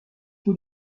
بود